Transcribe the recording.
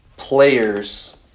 players